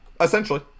Essentially